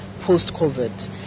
post-COVID